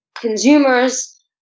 consumers